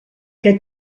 que